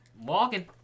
Walking